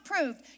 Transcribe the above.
approved